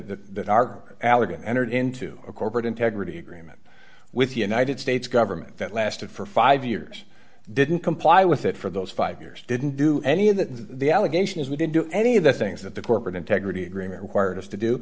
to that our allegan entered into a corporate integrity agreement with the united states government that lasted for five years didn't comply with it for those five years didn't do any of that the allegation is we didn't do any of the things that the corporate integrity agreement required us to do